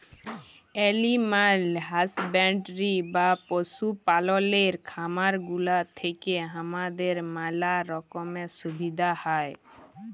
animal husbandry বা পশু পাললের খামার গুলা থেক্যে হামাদের ম্যালা রকমের সুবিধা হ্যয়